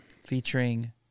Featuring